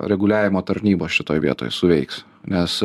reguliavimo tarnybos šitoj vietoj suveiks nes